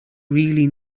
really